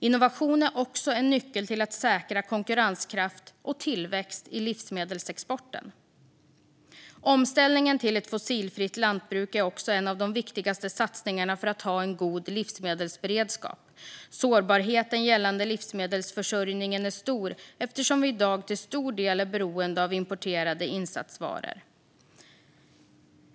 Innovation är också en nyckel till att säkra konkurrenskraft och tillväxt i livsmedelsexporten. Omställningen till ett fossilfritt lantbruk är också en av de viktigaste satsningarna för att ha en god livsmedelsberedskap. Sårbarheten gällande livsmedelsförsörjningen är stor eftersom vi i dag till stor del är beroende av importerade insatsvaror.